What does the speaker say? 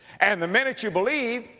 and the minute you believe,